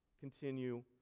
continue